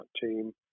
team